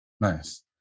nice